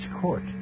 court